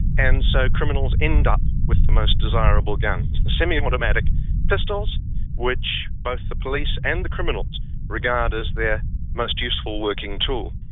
and so criminals end up with the most desirable guns. the semi-automatic pistols which both the police and the criminals regard as their most useful working tool,